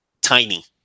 tiny